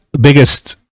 biggest